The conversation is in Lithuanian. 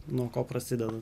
nuo ko prasideda